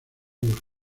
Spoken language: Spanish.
los